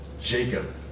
Jacob